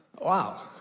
Wow